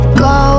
go